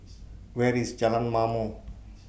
Where IS Jalan Ma'mor